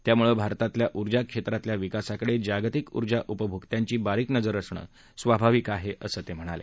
त्यामुळे भारतातल्या उर्जा क्षेत्रातल्या विकासाकडे जागतिक उर्जा उपभोक्यांची बारीक नजर असंण स्वाभाविक आहे असं ते म्हणाले